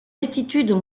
altitude